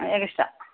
extra